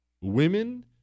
Women